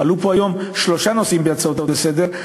עלו פה היום שלושה נושאים בהצעות לסדר-היום,